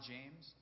James